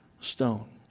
stone